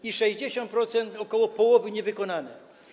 I 60%, ok. połowy nie wykonano.